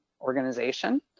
organization